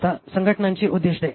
आता संघटनांची उद्दीष्टे